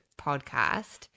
podcast